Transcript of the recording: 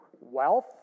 wealth